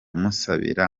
musabira